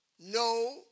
No